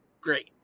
great